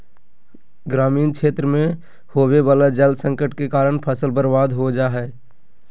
ग्रामीण क्षेत्र मे होवे वला जल संकट के कारण फसल बर्बाद हो जा हय